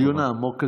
לדיון העמוק הזה,